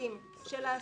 שהפרטים של ההסעה,